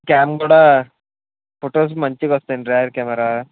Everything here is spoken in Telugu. క్యామ్ కూడా ఫోటోసు మంచిగా వస్తాయండి రేర్ కెమెరా